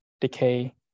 decay